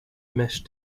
mesh